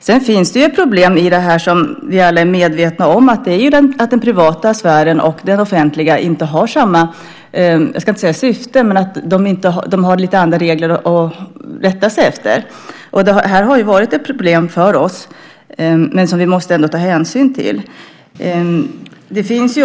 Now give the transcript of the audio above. Sedan finns det problem i detta som vi alla är medvetna om. Det är att den privata sfären har lite andra regler att rätta sig efter än den offentliga sfären. Det har varit ett problem för oss som vi ändå måste ta hänsyn till.